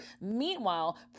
Meanwhile